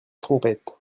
trompette